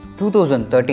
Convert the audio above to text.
2013